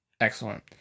Excellent